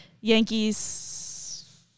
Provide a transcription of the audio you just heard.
Yankees